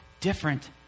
different